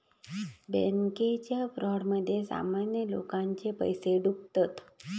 बॅन्केच्या फ्रॉडमध्ये सामान्य लोकांचे पैशे डुबतत